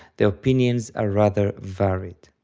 the opinions are rather varied.